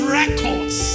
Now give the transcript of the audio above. records